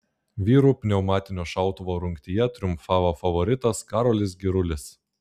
vyrų pneumatinio šautuvo rungtyje triumfavo favoritas karolis girulis